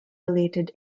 related